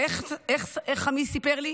ואיך אבי,